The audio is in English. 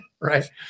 right